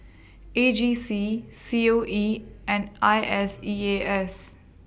A G C C O E and I S E A S